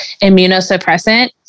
immunosuppressant